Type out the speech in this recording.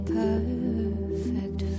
perfect